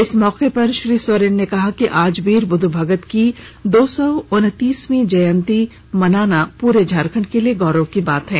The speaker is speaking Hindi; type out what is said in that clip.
इस मौके पर श्री सोरेन ने कहा कि आज वीर बुध् भगत की दो सौ उनतीसवीं जयंती मनाना पूरे झारखंड के लिए गौरव की बात है